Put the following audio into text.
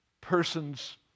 persons